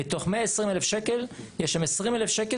מתוך 120,000 שקלים יש שם 20,000 שקלים